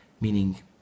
Meaning